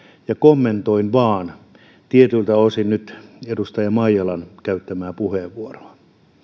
ja kommentoin nyt vain tietyiltä osin edustaja maijalan käyttämää puheenvuoroa